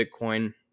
Bitcoin